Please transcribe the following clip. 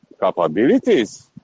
capabilities